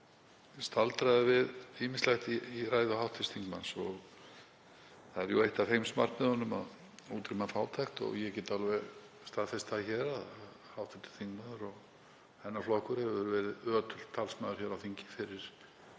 það. Ég staldraði við ýmislegt í ræðu hv. þingmanns. Það er jú eitt af heimsmarkmiðunum að útrýma fátækt og ég get alveg staðfest það að hv. þingmaður og hennar flokkur hefur verið ötull talsmaður hér á þingi fyrir